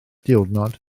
diwrnod